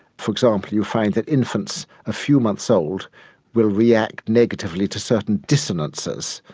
for example, you find that infants a few months old will react negatively to certain dissonances,